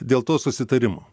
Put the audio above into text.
dėl to susitarimo